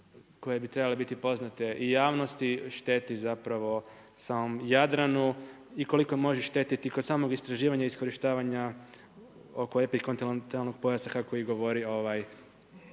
koje bi trebale biti poznate i javnosti šteti samom Jadranu i koliko može štetiti kod samog istraživanja i iskorištavanja oko epikontinentalnog pojasa kako je govorio